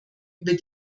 über